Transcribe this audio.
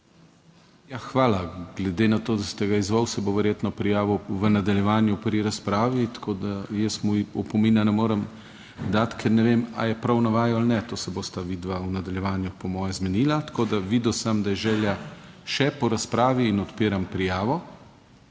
hvala, glede na to, da ste ga izzval, se bo verjetno prijavil v nadaljevanju pri razpravi. Tako da jaz mu opomina ne morem dati, ker ne vem ali je prav na vaju ali ne, to se bosta vidva v nadaljevanju, po moje zmenila. Tako da videl sem, da je želja še po razpravi in odpiram prijavo.